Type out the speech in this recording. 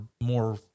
more